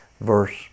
verse